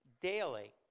daily